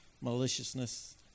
maliciousness